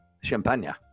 Champagne